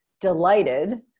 delighted